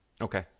okay